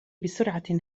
بسرعة